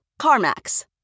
CarMax